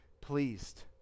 pleased